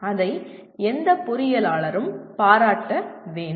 அதை எந்த பொறியியலாளரும் பாராட்ட வேண்டும்